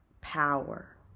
power